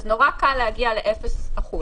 נורא קל להגיע לאפס אחוז.